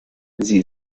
sie